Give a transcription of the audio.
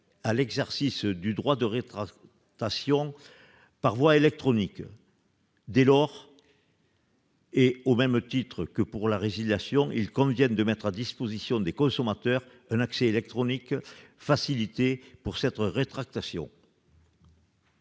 à l'exercice du droit de rétractation par voie électronique. Dès lors, et au même titre que pour la résiliation, il convient de mettre à disposition des consommateurs un accès électronique facilité pour cette rétractation.